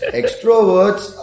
extroverts